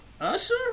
Usher